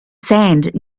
sand